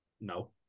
No